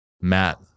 Matt